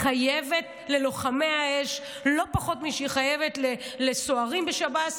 חייבת ללוחמי האש לא פחות משהיא חייבת לסוהרים בשב"ס,